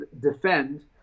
defend